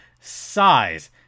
size